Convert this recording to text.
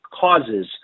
causes